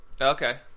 okay